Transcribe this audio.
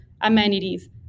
amenities